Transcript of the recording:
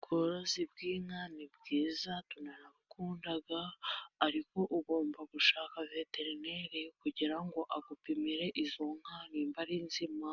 Ubworozi bw'inka ni bwiza, turabukunda, ariko ugomba gushaka veterineri kugira ngo agupimire izo nka niba ari nzima,